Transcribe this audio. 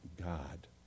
God